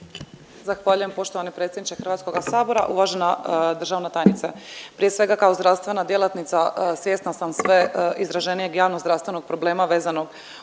Zahvaljujem poštovani predsjedniče Hrvatskoga sabora, uvažena državna tajnice. Prije svega kao zdravstvena djelatnica svjesna sam sve izraženijeg javno-zdravstvenog problema vezanog